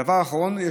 דבר אחרון,